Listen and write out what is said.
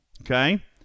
Okay